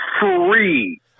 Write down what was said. Free